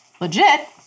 legit